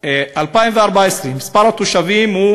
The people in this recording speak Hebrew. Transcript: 2014 מספר התושבים הוא